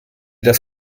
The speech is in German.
das